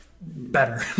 better